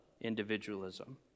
individualism